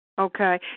Okay